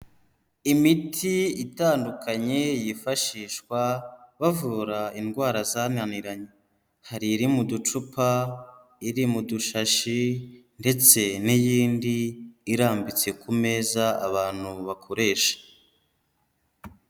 Imiti itandukanye yifashishwa bavura indwara zananiranye, hari iri mu ducupa, iri mu dushashi ndetse n'iyindi irambitse ku meza abantu bakoresha.